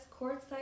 Courtside